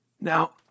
Now